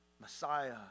Messiah